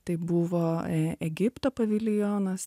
tai buvo egipto paviljonas